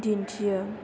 दिन्थियो